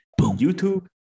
YouTube